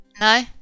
No